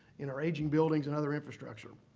in our aging buildings and other infrastructure.